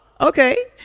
okay